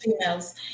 females